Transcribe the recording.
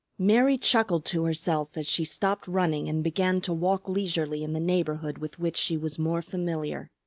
mary chuckled to herself as she stopped running and began to walk leisurely in the neighborhood with which she was more familiar.